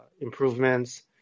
improvements